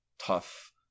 tough